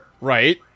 Right